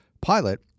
pilot